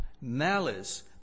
malice